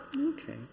Okay